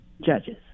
judges